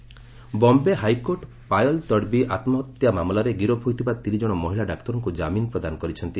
ପାୟଲ୍ Tadvi Bombay high court Payal Tadvi ଆତୁହତ୍ୟା ମାମଲାରେ ଗିରଫ୍ ହୋଇଥିବା ତିନି ଜଣ ମହିଳା ଡାକ୍ତରଙ୍କ ଜାମିନ୍ ପ୍ରଦାନ କରିଛନ୍ତି